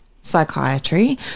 psychiatry